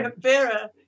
Vera